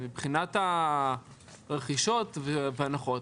מבחינת הרכישות וההנחות: